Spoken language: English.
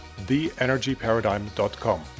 theenergyparadigm.com